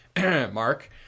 Mark